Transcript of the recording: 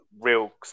real